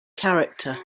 character